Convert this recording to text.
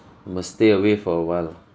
must stay away for awhile ah